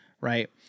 right